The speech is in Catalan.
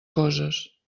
coses